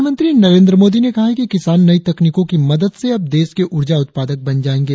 प्रधानमंत्री नरेंद्र मोदी ने कहा है कि किसान नई तकनीकों की मदद से अब देश के ऊर्जा उत्पादक बन जाएंगे